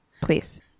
Please